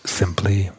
simply